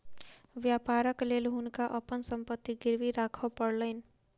व्यापारक लेल हुनका अपन संपत्ति गिरवी राखअ पड़लैन